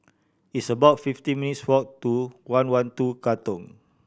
it's about fifteen minutes' walk to one One Two Katong